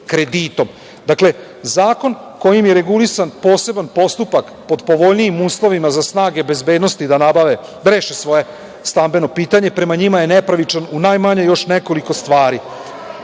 kreditom. Zakon kojim je regulisan poseban postupak pod povoljnijim uslovima za snage bezbednosti da reše svoje stambeno pitanje prema njima je nepravičan u najmanje još nekoliko stvari.